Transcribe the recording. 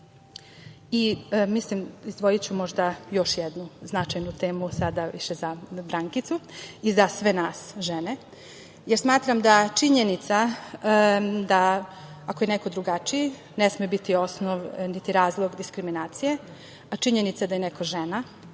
podržavamo. Izdvojiću možda još jednu značajnu temu, sada više za Brankicu i za sve nas žene, jer smatram da činjenica da ako je neko drugačiji ne sme biti osnov niti razlog diskriminacije. Činjenica da je neko žena